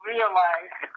realize